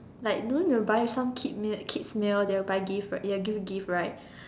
like don't you buy some kid meal kids meal they will buy gift they will give gift right